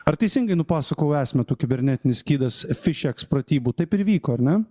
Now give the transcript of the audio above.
ar teisingai nupasakojau esmę to kibernetinis skydas phishex pratybų taip ir vyko ane